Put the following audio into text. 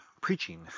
preaching